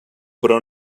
però